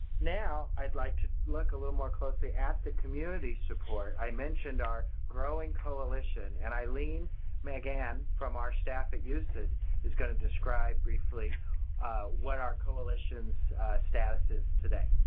now, i'd like to look a little more closely at the community support. i mentioned our growing coalition. and eileen magan from our staff at usicd is going to describe briefly what our coalition status is today.